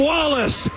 Wallace